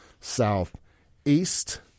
southeast